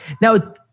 Now